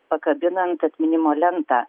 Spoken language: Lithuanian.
pakabinant atminimo lentą